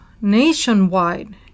nationwide